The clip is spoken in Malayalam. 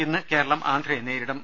ഇന്ന് കേരളം ആന്ധ്ര്യെ നേരിടും